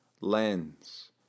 lens